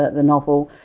the novel.